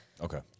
Okay